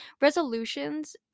resolutions